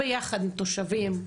ביחד עם תושבים,